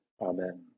Amen